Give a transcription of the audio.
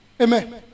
amen